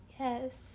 Yes